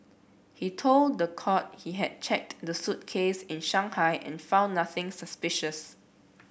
he told the court he had checked the suitcase in Shanghai and found nothing suspicious